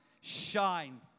shine